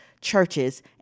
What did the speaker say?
churches